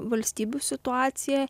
valstybių situacija